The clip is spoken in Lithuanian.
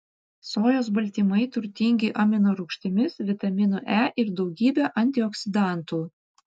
sojos baltymai turtingi aminorūgštimis vitaminu e ir daugybe antioksidantų